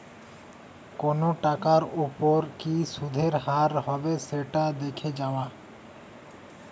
কোনো টাকার ওপর কি সুধের হার হবে সেটা দেখে যাওয়া